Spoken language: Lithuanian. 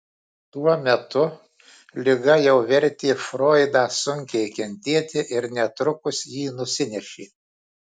tuo metu liga jau vertė froidą sunkiai kentėti ir netrukus jį nusinešė